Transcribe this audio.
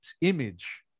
image